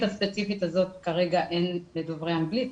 הספציפית הזאת כרגע אין לדוברי אנגלית.